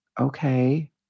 okay